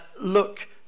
look